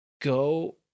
go